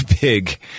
big